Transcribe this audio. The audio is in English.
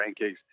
rankings